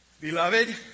Beloved